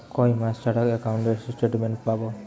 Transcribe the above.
কয় মাস ছাড়া একাউন্টে স্টেটমেন্ট পাব?